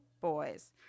boys